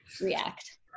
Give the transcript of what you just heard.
react